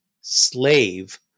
slave